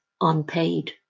unpaid